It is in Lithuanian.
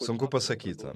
sunku pasakyti